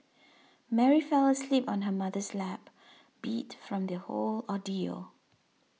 Mary fell asleep on her mother's lap beat from the whole ordeal